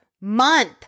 month